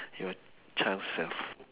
your child self